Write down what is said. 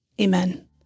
Amen